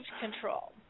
control